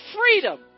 freedom